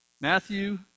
Matthew